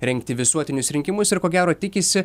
rengti visuotinius rinkimus ir ko gero tikisi